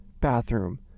bathroom